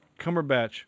Cumberbatch